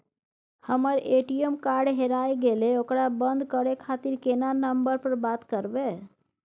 हमर ATM card हेराय गेले ओकरा बंद करे खातिर केना नंबर पर बात करबे?